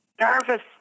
nervous